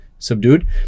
subdued